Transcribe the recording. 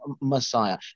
Messiah